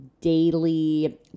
daily